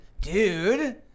dude